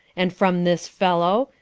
and from this fellow?